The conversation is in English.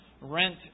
rent